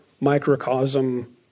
microcosm